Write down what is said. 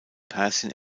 persien